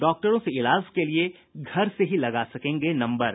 डॉक्टरों से इलाज के लिए घर से ही लगा सकेंगे नम्बर